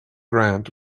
grant